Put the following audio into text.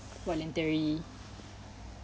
voluntary